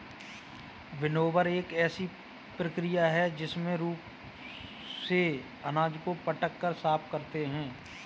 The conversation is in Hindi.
विनोवर एक ऐसी प्रक्रिया है जिसमें रूप से अनाज को पटक कर साफ करते हैं